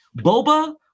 Boba